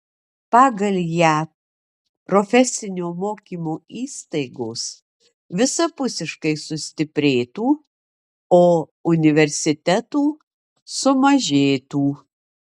pagal ją profesinio mokymo įstaigos visapusiškai sustiprėtų o universitetų sumažėtų